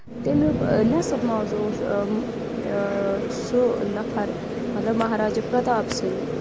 تمیُک نیٚصب ماوزٕ اوس سُہ نَفَر مطلب مہراجا پرتاپ سِنٛگ